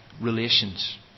relations